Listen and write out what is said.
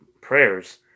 prayers